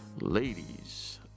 Ladies